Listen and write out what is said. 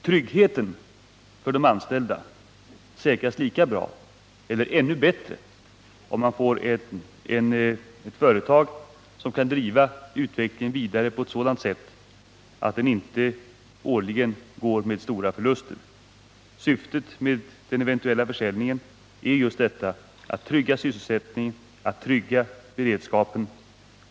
Tryggheten för de anställda säkras lika bra eller ännu bättre om vi här får ett företag som kan driva utvecklingen vidare på ett sådant sätt att man inte årligen går med stora förluster. Syftet med den eventuella försäljningen är ju just detta: att trygga sysselsättningen och att trygga försörjningsberedskapen.